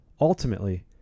Ultimately